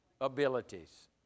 abilities